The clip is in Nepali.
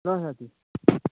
ल साथी